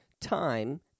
time